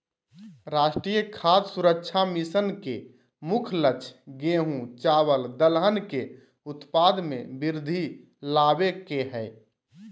राष्ट्रीय खाद्य सुरक्षा मिशन के मुख्य लक्ष्य गेंहू, चावल दलहन के उत्पाद में वृद्धि लाबे के हइ